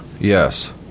Yes